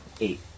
eight